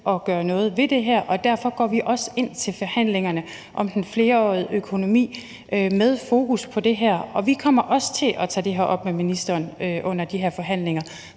at gøre noget ved det her, og derfor går vi også ind til forhandlingerne om den flerårige økonomi med fokus på det her. Vi kommer også til at tage det her op med ministeren under de her forhandlinger,